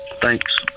Thanks